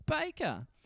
Baker